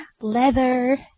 leather